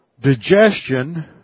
Digestion